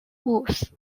moves